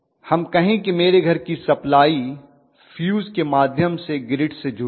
हम कहें कि मेरे घर की सप्लाई फ्यूज के माध्यम से ग्रिड से जुड़ी है